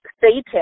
Satan